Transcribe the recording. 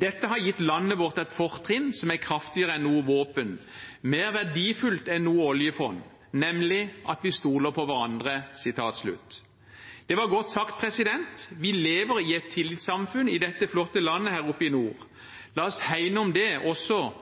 «Dette har gitt landet vårt et fortrinn som er kraftigere enn noe våpen og mer verdifullt enn noe oljefond: nemlig at vi stoler på hverandre.» Det var godt sagt. Vi lever i et tillitssamfunn i dette flotte landet her oppe i nord. La oss hegne om det også